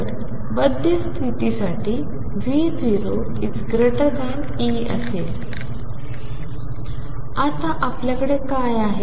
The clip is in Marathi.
तरबद्ध स्तिथीसाठी V0E असेल तर आता आपल्याकडे काय आहे